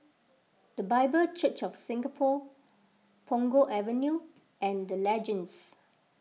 the Bible Church of Singapore Punggol Avenue and the Legends